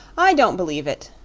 i don't believe it,